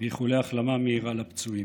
ואיחולי החלמה מהירה לפצועים.